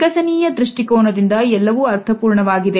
ವಿಕಸನೀಯ ದೃಷ್ಟಿಕೋನದಿಂದ ಎಲ್ಲವೂ ಅರ್ಥಪೂರ್ಣವಾಗಿದೆ